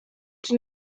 czy